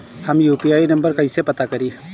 हम UPI number कइसे पता करी?